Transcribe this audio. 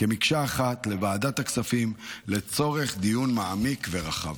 כמקשה אחת לוועדת הכספים, לצורך דיון מעמיק ורחב.